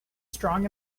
strong